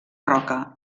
roca